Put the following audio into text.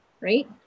right